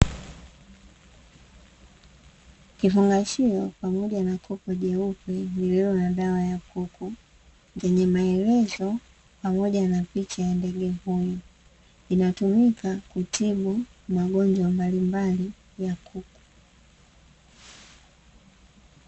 Kifungashio pamoja na kopo jeupe lililo na dawa ya kuku. Zenye maelezo, pamoja na picha ya ndege huyo. Inatumika kutibu magonjwa mbalimbali ya kuku.